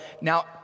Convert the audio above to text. Now